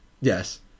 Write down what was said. Yes